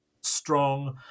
strong